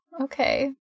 okay